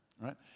right